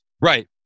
Right